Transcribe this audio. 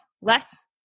less